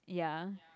ya